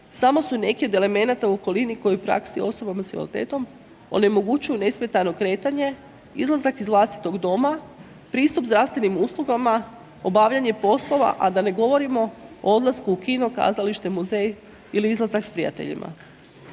samo su neki od elemenata u okolini koji u praksi osobama s invaliditetom onemogućuju nesmetano kretanje, izlazak iz vlastitog doma, pristup zdravstvenim uslugama, obavljanje poslova, a da ne govorimo o odlasku u kino, kazalište, muzej ili izlazak s prijateljima.